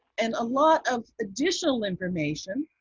and a lot of additional information